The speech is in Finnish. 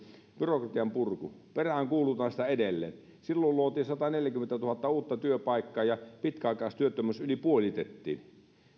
byrokratian purun peräänkuulutan sitä edelleen silloin luotiin sataneljäkymmentätuhatta uutta työpaikkaa ja pitkäaikaistyöttömyys yli puolitettiin se